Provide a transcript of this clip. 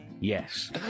Yes